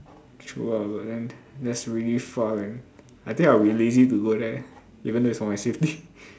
true ah but then that's really far man I think I will be lazy to go there even though it's for my safety